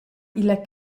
illa